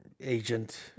agent